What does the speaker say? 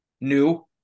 New